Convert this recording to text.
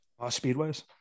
speedways